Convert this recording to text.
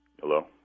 Hello